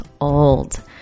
old